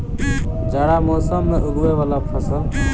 जाड़ा मौसम मे उगवय वला फसल?